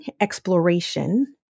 exploration